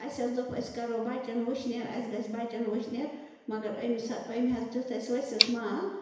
اَسہِ حظ دوٚپ أسۍ کَرو بَچَن وٕشنیر اَسہِ گژھِ بَچَن وٕشنیر مگر اَمہِ سا أمۍ حظ دیُت اَسہِ ؤسِت مال